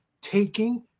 taking